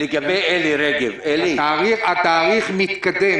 התאריך מתקדם.